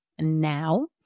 now